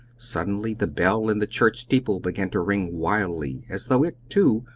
suddenly the bell in the church-steeple began to ring wildly, as though it, too,